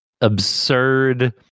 absurd